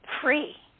free